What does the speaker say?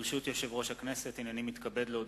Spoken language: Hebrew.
ברשות יושב-ראש הכנסת, הנני מתכבד להודיעכם,